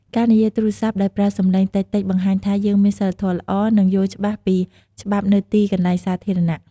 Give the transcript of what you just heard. ការនិយាយទូរស័ព្ទដោយប្រើសំឡេងតិចៗ បង្ហាញថាយើងមានសីលធម៌ល្អ និងយល់ច្បាស់ពីច្បាប់នៅទីកន្លែងសាធារណៈ។